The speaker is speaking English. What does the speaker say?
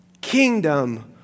kingdom